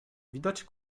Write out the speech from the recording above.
widać